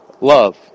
love